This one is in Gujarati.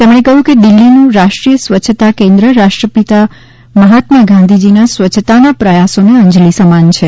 તેમણે કહ્યું કે દિલ્ફીનું રાષ્ટ્રીય સ્વચ્છતા કેન્દ્ર રાષ્ટ્રપિતા મહાત્મા ગાંધીજીના સ્વચ્છતાના પ્રયાસોને અંજલી સમાન છે